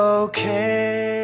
okay